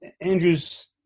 Andrews